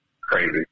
crazy